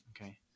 Okay